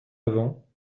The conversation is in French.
avant